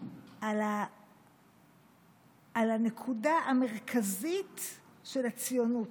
על הנקודה המרכזית של הציונות,